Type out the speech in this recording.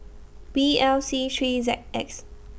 B L C three Z X